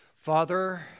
Father